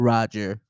Roger